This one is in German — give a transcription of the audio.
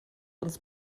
uns